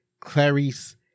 Clarice